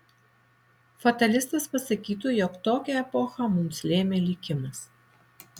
fatalistas pasakytų jog tokią epochą mums lėmė likimas